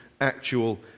actual